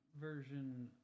version